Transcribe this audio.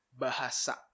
Bahasa